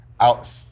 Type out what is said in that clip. out